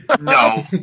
No